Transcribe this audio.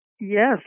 Yes